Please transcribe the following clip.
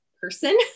person